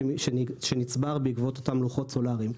שנצבר בעקבות אותם לוחות סולאריים.